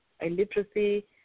illiteracy